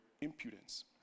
impudence